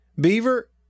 Beaver